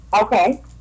Okay